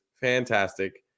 fantastic